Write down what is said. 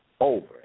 over